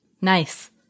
Nice